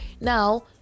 now